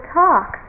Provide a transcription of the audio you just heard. talk